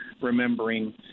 remembering